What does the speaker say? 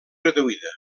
reduïda